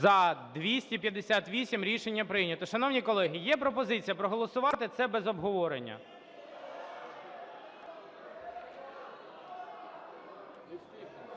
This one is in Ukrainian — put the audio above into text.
За-258 Рішення прийнято. Шановні колеги, є пропозиція проголосувати це без обговорення.